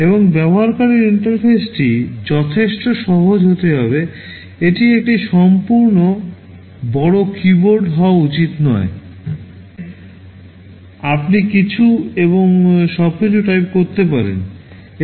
এবং ব্যবহারকারীর ইন্টারফেসটি যথেষ্ট সহজ হতে হবে এটি একটি সম্পূর্ণ বড় কীবোর্ড হওয়া উচিত নয় যেখানে আপনি কিছু এবং সবকিছু টাইপ করতে পারেন